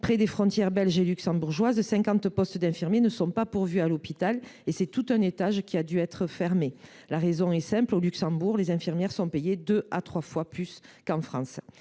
près des frontières belge et luxembourgeoise, 50 postes d’infirmiers ne sont pas pourvus à l’hôpital ; tout un étage a dû être fermé ! La raison en est simple : au Luxembourg, les infirmières sont payées deux à trois fois plus qu’en France.